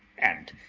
and,